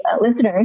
listeners